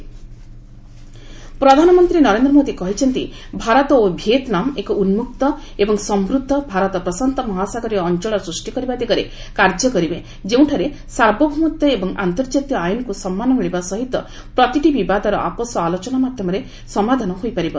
India Vietnam ପ୍ରଧାନମନ୍ତ୍ରୀ ନରେନ୍ଦ୍ର ମୋଦି କହିଛନ୍ତି ଭାରତ ଓ ଭିଏତ୍ନାମ୍ ଏକ ଉନ୍ନୁକ୍ତ ଏବଂ ସମୃଦ୍ଧ ଭାରତ ପଶାନ୍ତମହାସାଗରୀୟ ଅଞ୍ଚଳ ସୃଷ୍ଟି କରିବା ଦିଗରେ କାର୍ଯ୍ୟ କରିବେ ଯେଉଁଠାରେ ସାର୍ବଭୌମତ୍ୱ ଏବଂ ଆନ୍ତର୍ଜାତୀୟ ଆଇନ୍କୁ ସମ୍ମାନ ମିଳିବା ସହିତ ପ୍ରତିଟି ବିବାଦର ଆପୋଷ ଆଲୋଚନା ମାଧ୍ୟମରେ ସମାଧାନ ହୋଇପାରିବ